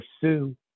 pursue